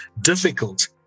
difficult